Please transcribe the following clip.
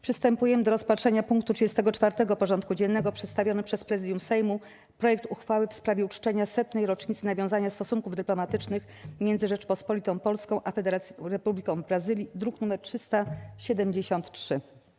Przystępujemy do rozpatrzenia punktu 34. porządku dziennego: Przedstawiony przez Prezydium Sejmu projekt uchwały w sprawie uczczenia 100. rocznicy nawiązania stosunków dyplomatycznych między Rzecząpospolitą Polską a Federacyjną Republiką Brazylii (druk nr 373)